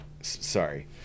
Sorry